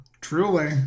truly